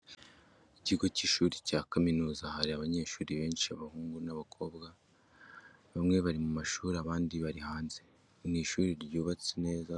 Ikigo cy'ishuri cya kaminuza hari abanyeshuri benshi abahungu n'abakobwa bamwe bari mu mashuri abandi bari hanze, ni ishuri ryubatse neza mu buryo bugezweho inyubako zaryo bigaragara ko zikomeye, hari inzira yisanzuye abantu bashobora kunyuramo batabyigana.